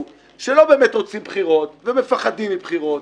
שלא באמת רוצה בחירות ומפחד מבחירות.